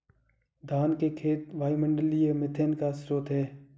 धान के खेत वायुमंडलीय मीथेन का स्रोत हैं